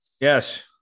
Yes